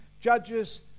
Judges